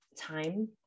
time